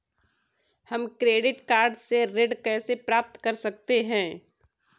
हम credit card से ऋण कैसे प्राप्त कर सकते हैं?